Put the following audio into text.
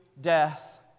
death